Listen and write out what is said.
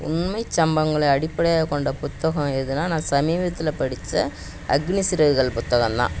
உண்மைச் சம்பவங்களை அடிப்படையாகக் கொண்ட புத்தகம் எதுனா நான் சமீபத்தில் படித்த அக்னி சிறகுகள் புத்தகம் தான்